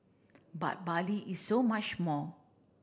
but Bali is so much more